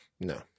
No